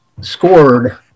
scored